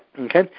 Okay